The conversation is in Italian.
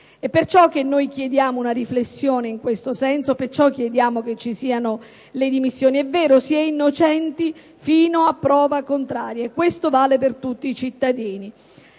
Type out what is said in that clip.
Pertanto chiediamo una riflessione in questo senso e perciò chiediamo le dimissioni. È vero, si è innocenti fino a prova contraria, e questo vale per tutti i cittadini,